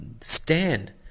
Stand